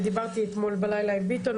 דיברתי אתמול בלילה עם ביטון,